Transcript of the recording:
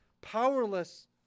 powerless